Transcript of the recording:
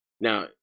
now